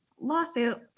lawsuit